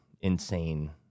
insane